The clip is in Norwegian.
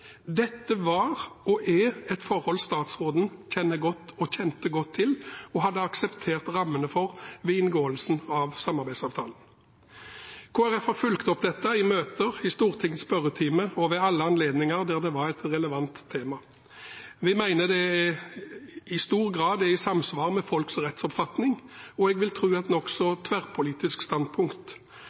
Dette var – og er – et forhold statsråden kjenner godt til og hadde akseptert rammene for ved inngåelsen av samarbeidsavtalen. Kristelig Folkeparti har fulgt opp dette i møter, i Stortingets spørretime og ved alle anledninger der det var et relevant tema. Vi mener det i stor grad er i samsvar med folks rettsoppfatning, og – jeg vil tro – et nokså tverrpolitisk standpunkt.